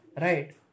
right